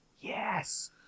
yes